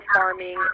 farming